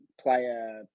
player